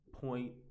point